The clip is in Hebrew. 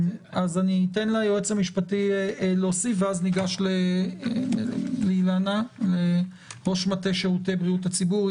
אני אתן ליועץ משפטי להוסיף ואז נעבור לראש מטה שירותי בריאות הציבור,